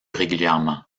régulièrement